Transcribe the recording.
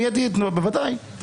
היו פוסלים אותו מיידית, בוודאי.